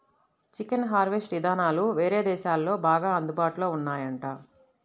chicken harvest ఇదానాలు వేరే దేశాల్లో బాగా అందుబాటులో ఉన్నాయంట